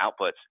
outputs